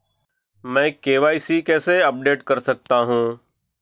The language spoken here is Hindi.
मैं के.वाई.सी कैसे अपडेट कर सकता हूं?